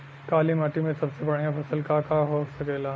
काली माटी में सबसे बढ़िया फसल का का हो सकेला?